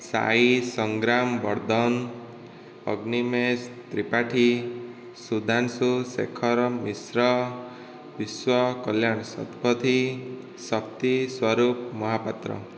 Sai Sangram Bardhan Agnimesh Tripathy Sudhanshu Sekhar Mishra Biswakalyan Satapathy Saktiswarup Mohapatra